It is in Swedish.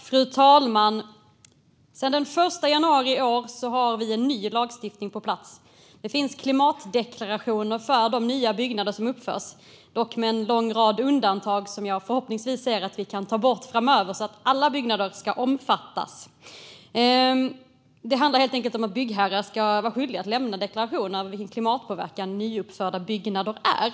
Fru talman! Sedan den 1 januari i år har vi ny lagstiftning på plats. Det finns klimatdeklarationer för de nya byggnader som uppförs, dock med en lång rad undantag som vi förhoppningsvis kan ta bort framöver så att alla byggnader omfattas. Det handlar helt enkelt om att byggherrar ska vara skyldiga att lämna deklarationer om vilken klimatpåverkan nyuppförda byggnader har.